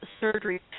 surgery